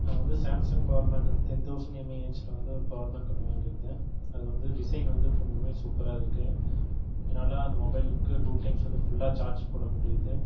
நான் வந்து Samsung power bank வந்து டென் தெளசண்ட் எம்ஏஹச்ல வந்து ஒரு பவர் பேங்க் ஒன்று வாங்கிருந்தேன் அது வந்து டிசைன் வந்து ரொம்பவுமே சூப்பராக இருக்கு என்னால் அந்த மொபைல்க்கு டூ டைம்ஸ் வந்து ஃபுல்லாக சார்ஜ் போட முடியுது